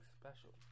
special